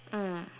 mm